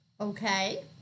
Okay